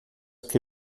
que